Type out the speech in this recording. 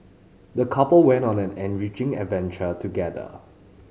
the couple went on an enriching adventure together